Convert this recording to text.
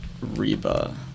Reba